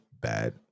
bad